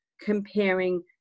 comparing